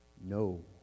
no